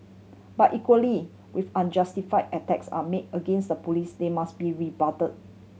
but equally with unjustified attacks are made against the Police they must be rebutted